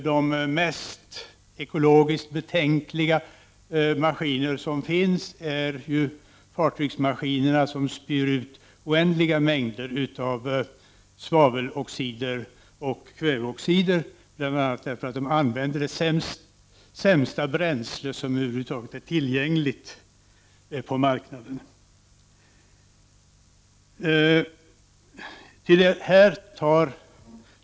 De ekologiskt mest betänkliga maskiner som finns är ju fartygsmaskinerna, som spyr ut oändliga mängder av svaveloxider och kväveoxider, bl.a. därför att de använder det sämsta bränsle som över huvud taget är tillgängligt på marknaden.